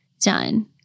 done